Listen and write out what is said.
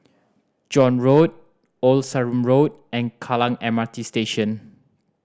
John Road Old Sarum Road and Kallang M R T Station